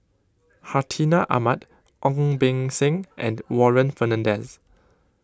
Hartinah Ahmad Ong Beng Seng and Warren Fernandez